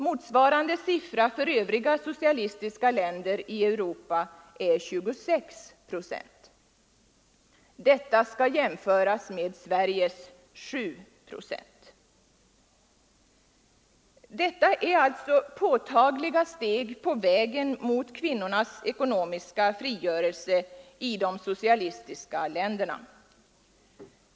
Motsvarande siffror för övriga socialistiska länder i Europa är 26 procent. Det skall jämföras med Sveriges 7 procent. Detta är alltså påtagliga steg på vägen mot kvinnornas ekonomiska frigörelse i de socialistiska länderna.